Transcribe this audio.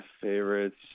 favorites